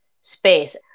space